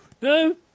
no